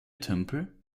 tümpel